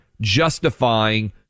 justifying